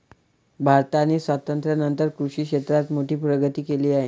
भारताने स्वातंत्र्यानंतर कृषी क्षेत्रात मोठी प्रगती केली आहे